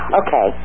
okay